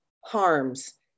harms